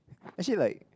actually like